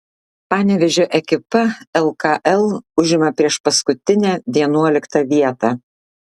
panevėžio ekipa lkl užima priešpaskutinę vienuoliktą vietą